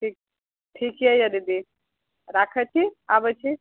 ठीक ठीके यऽ दीदी राखै छी आबै छी